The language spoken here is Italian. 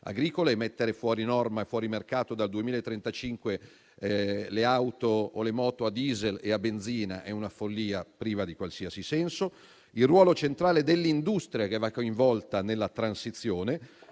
agricole, mentre mettere fuori norma e fuori mercato dal 2035 le auto o le moto a diesel e benzina è una follia priva di qualsiasi senso); il ruolo centrale dell'industria, che va coinvolta nella transizione;